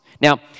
Now